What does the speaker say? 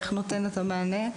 איך נותנים את המענה,